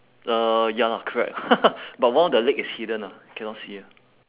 uh ya lah correct but one of the leg is hidden ah cannot see ah